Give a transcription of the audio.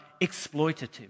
exploitative